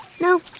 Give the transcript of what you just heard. No